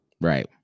Right